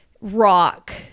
rock